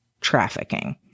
trafficking